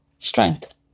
Strength